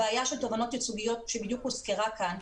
הבעיה של תובענות ייצוגיות שבדיוק הוזכרה כאן,